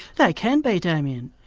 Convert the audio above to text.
they can be, damien.